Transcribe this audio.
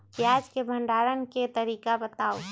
प्याज के भंडारण के तरीका बताऊ?